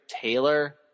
Taylor